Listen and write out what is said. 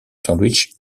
sandwich